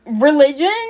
religion